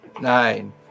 Nine